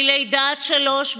מלידה עד שלוש,